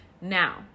Now